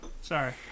Sorry